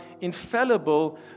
infallible